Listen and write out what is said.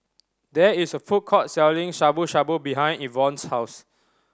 there is a food court selling Shabu Shabu behind Evonne's house